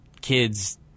kids